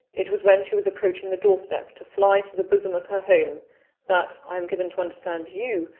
it was when she was approaching the door-step to fly to the bosom of her home that, i am given to understand, you,